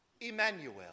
Emmanuel